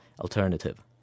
alternative